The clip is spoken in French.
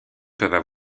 peuvent